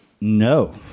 No